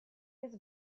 his